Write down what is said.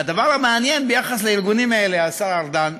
והדבר המעניין ביחס לארגונים האלה, השר ארדן,